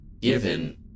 given